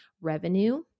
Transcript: revenue